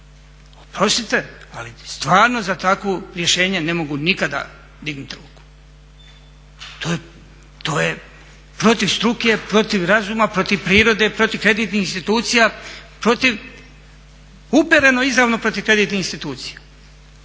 Oprostite, ali stvarno za takvo rješenje ne mogu nikada dignut ruku. To je protiv struke, protiv razuma, protiv prirode, protiv kreditnih institucija, protiv upereno izravno protiv kreditnih institucija,